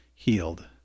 healed